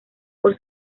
por